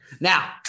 Now